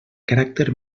caràcter